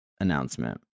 announcement